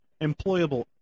employable